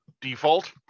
default